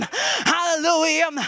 Hallelujah